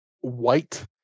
White